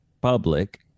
public